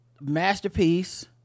masterpiece